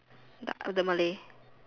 the the Malay